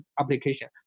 application